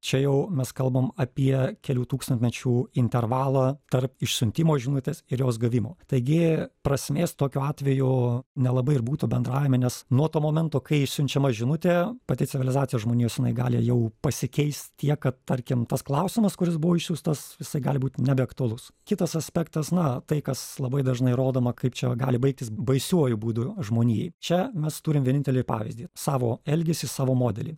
čia jau mes kalbam apie kelių tūkstantmečių intervalą tarp išsiuntimo žinutės ir jos gavimo taigi prasmės tokiu atveju nelabai ir būtų bendravime nes nuo to momento kai išsiunčiama žinutė pati civilizacija žmonijos jinai gali jau pasikeist tiek kad tarkim tas klausimas kuris buvo išsiųstas jisai gali būt nebeaktualus kitas aspektas na tai kas labai dažnai rodoma kaip čia gali baigtis baisiuoju būdu žmonijai čia mes turim vienintelį pavyzdį savo elgesį savo modelį